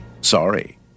sorry